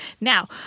Now